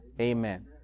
Amen